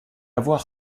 voir